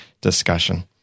discussion